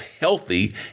healthy